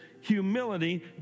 humility